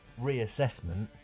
reassessment